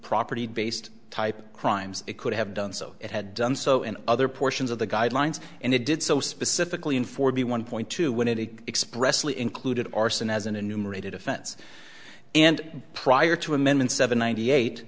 property based type crimes it could have done so it had done so in other portions of the guidelines and it did so specifically in forty one point two when it a expressly included arson as an enumerated offense and prior to amendment seven ninety eight